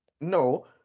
No